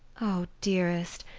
oh, dearest!